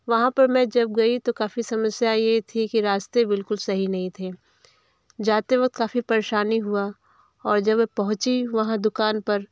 वहाँ पर मैं जब गई तो काफ़ी समस्या ये थी कि रास्ते बिल्कुल सही नहीं थे जाते वक़्त काफ़ी परेशानी हुई और जब मैं पहुँची वहाँ दुकान पर